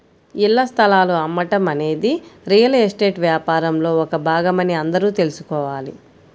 ఇళ్ల స్థలాలు అమ్మటం అనేది రియల్ ఎస్టేట్ వ్యాపారంలో ఒక భాగమని అందరూ తెల్సుకోవాలి